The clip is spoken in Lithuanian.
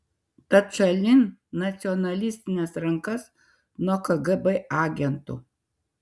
tad šalin nacionalistines rankas nuo kgb agentų